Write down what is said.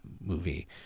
movie